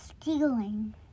stealing